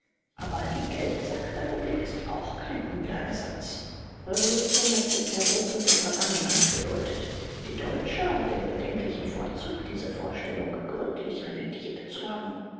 aber die geldsackrepublik ist auch kein übler ersatz revolution hat bisher bruch mit der vergangenheit bedeutet die deutsche hat den bedenklichen vorzug diese vorstellung gründlich revidiert zu haben